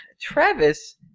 Travis